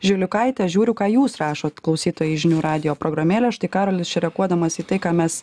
žiliukaite žiūriu ką jūs rašot klausytojai žinių radijo programėlės štai karolis čia reaguodamas į tai ką mes